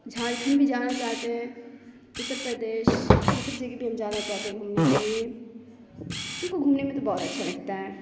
جھارکھنڈ بھی جانا چاہتے ہیں اتر پردیش یہ سب جگہ بھی ہم جانا چاہتے ہیں گھومنے کے لیے ہم کو گھومنے میں تو بہت اچھا لگتا ہے